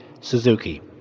Suzuki